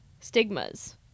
stigmas